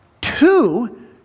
two